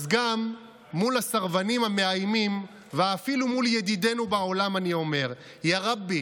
אז גם מול הסרבנים המאיימים ואפילו מול ידידינו בעולם אני אומר: יא רבי,